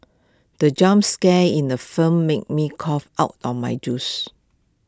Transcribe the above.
the jump scare in the film made me cough out my juice